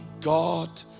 God